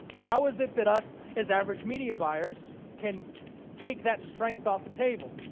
how is it that us as average media buyers can take that strength off the table?